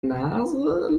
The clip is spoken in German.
nase